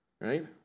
right